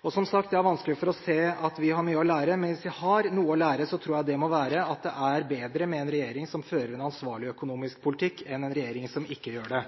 Og som sagt, jeg har vanskelig for å se at vi har mye å lære, men hvis vi har noe å lære, tror jeg det må være at det er bedre med en regjering som fører en ansvarlig økonomisk politikk, enn en regjering som ikke gjør det.